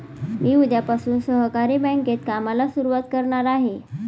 मी उद्यापासून सहकारी बँकेत कामाला सुरुवात करणार आहे